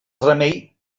remei